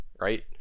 right